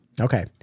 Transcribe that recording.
Okay